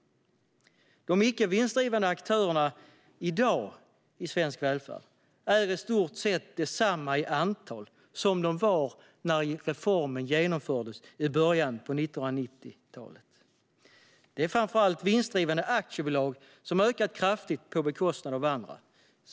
Antalet icke vinstdrivande aktörer i svensk välfärd är i dag i stort sett detsamma som det var när reformen genomfördes i början på 1990-talet. Det är framför allt antalet vinstdrivande aktiebolag som har ökat kraftigt på bekostnad av andra.